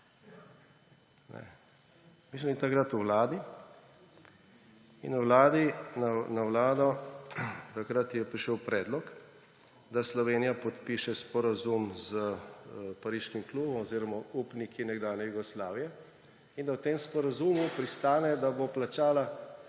Mi smo bili takrat v vladi in na vlado je takrat prišel predlog, da Slovenija podpiše sporazum s Pariškim klubom oziroma upniki nekdanje Jugoslavije in da v tem sporazumu pristane, da bo plačala